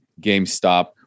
GameStop